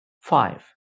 five